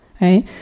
right